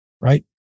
right